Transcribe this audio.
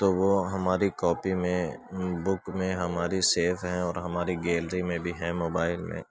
تو وہ ہماری کاپی میں بک میں ہماری سیو ہیں اور ہماری گیلری میں بھی ہیں موبائل میں